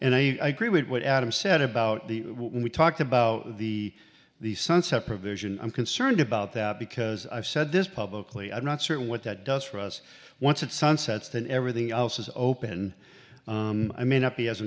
and i agree with what adam said about the we talked about the the sunset provision i'm concerned about that because i've said this publicly i'm not certain what that does for us once it sunsets then everything else is open i may not be as